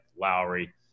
Lowry